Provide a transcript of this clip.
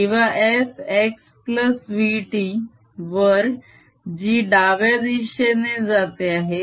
किंवा f xvt वर जी डाव्या दिशेने जाते आहे